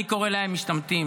אני קורא להם משתמטים.